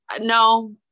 no